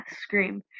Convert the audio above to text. Scream